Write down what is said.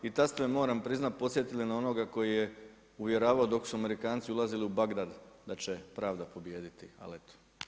I tad ste me moram priznati podsjetili na onoga koji je uvjeravao dok su Amerikanci ulazili u Bagdad da će pravda pobijediti, ali eto.